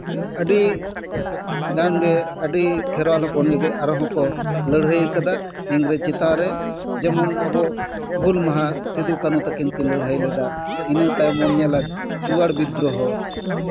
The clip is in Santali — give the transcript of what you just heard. ᱟᱹᱰᱤ ᱜᱟᱱ ᱜᱮ ᱟᱹᱰᱤ ᱠᱷᱮᱨᱣᱟᱞ ᱦᱚᱯᱚᱱ ᱜᱮ ᱟᱨᱦᱚᱸ ᱠᱚ ᱞᱟᱹᱲᱦᱟᱹᱭ ᱠᱟᱫᱟ ᱤᱝᱨᱮᱡᱽ ᱪᱮᱛᱟᱱ ᱨᱮ ᱡᱮᱢᱚᱱ ᱟᱵᱚ ᱦᱩᱞ ᱢᱟᱦᱟ ᱥᱤᱫᱷᱩ ᱠᱟᱹᱱᱦᱩ ᱛᱟᱹᱠᱤᱱ ᱠᱤᱱ ᱞᱟᱹᱲᱦᱟᱹᱭ ᱞᱮᱫᱟ ᱤᱱᱟᱹ ᱛᱟᱭᱱᱚᱢ ᱵᱚᱱ ᱧᱮᱞᱟ ᱪᱩᱭᱟᱲ ᱵᱤᱫᱽᱫᱨᱚᱦᱚ